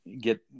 get